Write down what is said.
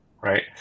Right